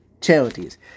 charities